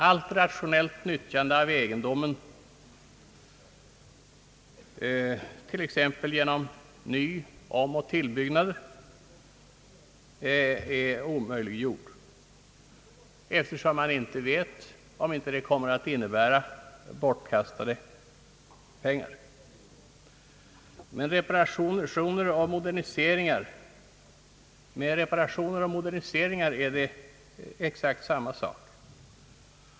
Allt rationellt nyttjande av egendomen, t.ex. genom ny-, omoch tillbyggnader, är omöjliggjord, eftersom man inte vet om det kommer att innebära bortkastade pengar. Med reparationer och moderniseringar är det exakt samma sak.